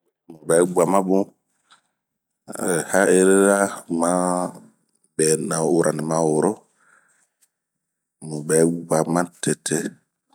Mubɛ guamabun ,hairira man wuranɛɛma maworo ,mu bɛgua matete.